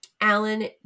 Alan